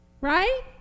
Right